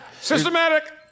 Systematic